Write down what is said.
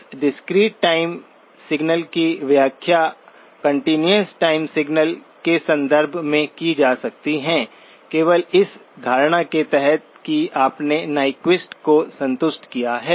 इस discrete time signal की व्याख्या कंटीन्यूअस टाइम सिग्नल के संदर्भ में की जा सकती है केवल इस धारणा के तहत कि आपने न्यक्विस्ट को संतुष्ट किया है